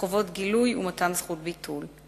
חובות גילוי ומתן זכות ביטול.